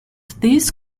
this